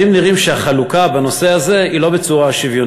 נראים שהחלוקה בנושא הזה היא לא שוויונית.